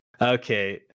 Okay